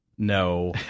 No